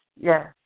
yes